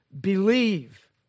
believe